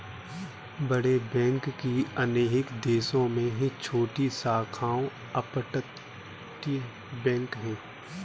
बड़े बैंक की अनेक देशों में छोटी शाखाओं अपतटीय बैंक है